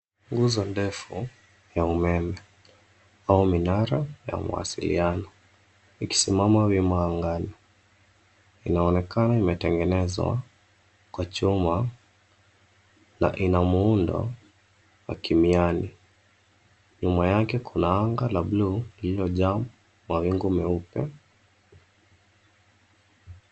Nguzo ndefu ya umeme au minara ya mawasiliano ikisimama wima angani. Inaonekana imetengenezwa kwa chuma na ina muundo wa kimiani. Nyuma yake kuna anga la buluu lililojaa mawingu meupe.